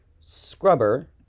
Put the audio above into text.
Scrubber